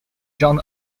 jon